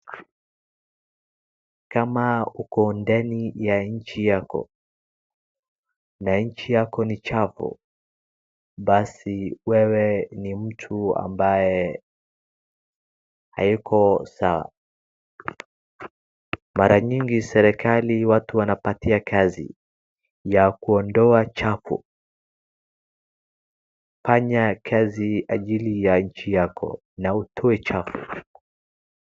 Kama uko ndani ya nchi yako na nchi yako ni chafu basi wewe ni mtu ambaye hayuko sawa. maramingi serikali inapea watu kazi ya kuondoa uchafu. Fanya kazi Kwa ajili ya nchi yako na utoe uchafu.